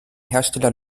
hersteller